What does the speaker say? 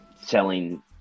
selling